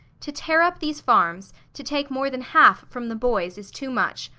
to tear up these farms, to take more than half from the boys, is too much.